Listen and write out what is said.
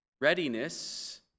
Readiness